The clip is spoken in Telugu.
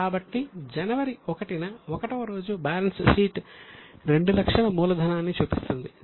కాబట్టి జనవరి 1 న 1 వ రోజు బ్యాలెన్స్ షీట్ 200000 మూలధనాన్ని చూపిస్తుంది